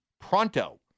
pronto